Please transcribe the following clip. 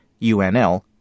UNL